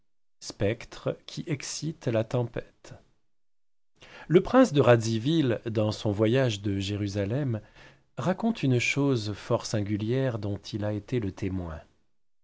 spectres qui excitent la tempête le prince de radziville dans son voyage de jérusalem raconte une chose fort singulière dont il a été le témoin